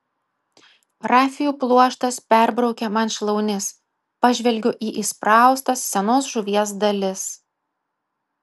rafijų pluoštas perbraukia man šlaunis pažvelgiu į įspraustas senos žuvies dalis